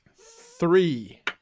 Three